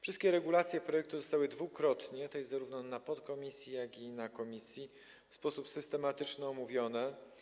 Wszystkie regulacje projektu zostały dwukrotnie, tj. zarówno w podkomisji, jak i w komisji, w sposób systematyczny omówione.